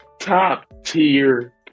Top-tier